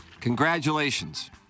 Congratulations